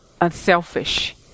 unselfish